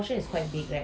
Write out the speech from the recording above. ya